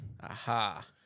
Aha